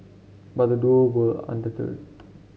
but the duo were undeterred